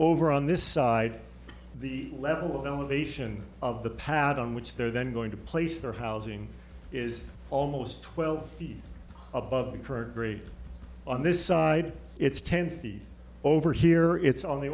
over on this side the level of elevation of the pad on which they're then going to place their housing is almost twelve feet above the curd grade on this side it's ten feet over here it's on the